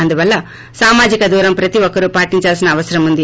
అందువల్ల సామాజిక దూరం ప్రతి ఒక్కరూ పాటిందాల్సిన అవసరం ఉంది